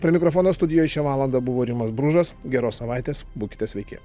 prie mikrofono studijoj šią valandą buvo rimas bružas geros savaitės būkite sveiki